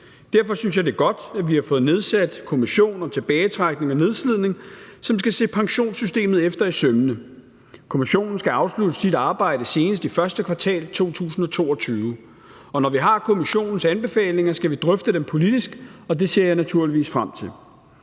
Derfor synes jeg, det er godt, at vi fik nedsat en kommission om tilbagetrækning og nedslidning, som skal se pensionssystemet efter i sømmene. Kommissionen skal afslutte sit arbejde senest i første kvartal 2022, og når vi har kommissionens anbefalinger, skal vi drøfte dem politisk. Det ser jeg naturligvis frem til.